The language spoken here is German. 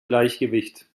gleichgewicht